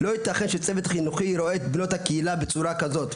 לא ייתכן שצוות חינוכי מסתכל על בנות הקהילה בצורה כזאת.